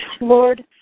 Lord